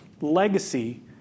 legacy